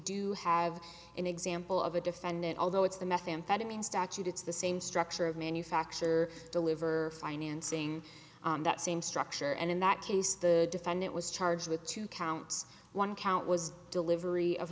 do have an example of a defendant although it's the methamphetamine statute it's the same structure of manufacture deliver financing that same structure and in that case the defendant was charged with two counts one count was delivery of